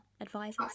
advisors